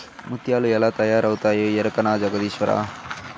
ముత్యాలు ఎలా తయారవుతాయో ఎరకనా జగదీశ్వరా